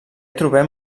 trobem